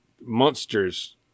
monsters